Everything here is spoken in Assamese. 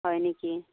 হয় নেকি